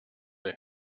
est